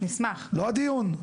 זה לא הדיון,